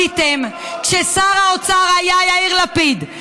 מה עשיתם כששר האוצר היה יאיר לפיד?